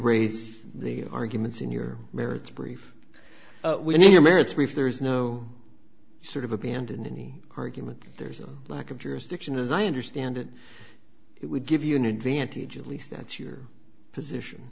raise the arguments in your merits brief we need your merits brief there is no sort of abandon any argument there's a lack of jurisdiction as i understand it it would give you an advantage at least that's your position